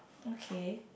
okay